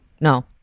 No